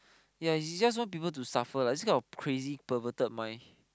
yea he just want people to suffer lah this kind of crazy perverted mind